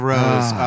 Rose